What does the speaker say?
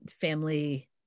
family